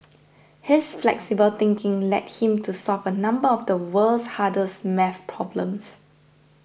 his flexible thinking led him to solve a number of the world's hardest math problems